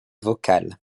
vocale